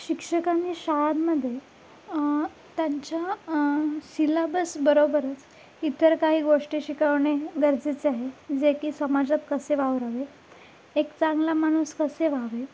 शिक्षकांनी शाळांमध्ये त्यांच्या सिलॅबसबरोबरच इतर काही गोष्टी शिकवणे गरजेचे आहे जे की समाजात कसे वावरावे एक चांगला माणूस कसे व्हावे